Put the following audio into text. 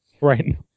Right